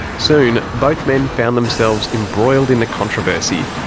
soon both men found themselves embroiled in the controversy.